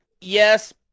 Yes